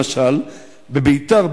למשל בביתר,